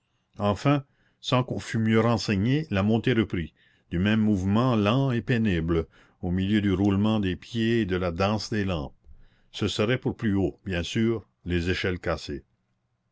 enfin sans qu'on fût mieux renseigné la montée reprit du même mouvement lent et pénible au milieu du roulement des pieds et de la danse des lampes ce serait pour plus haut bien sûr les échelles cassées